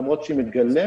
למרות שהיא מגלמת